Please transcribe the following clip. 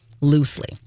loosely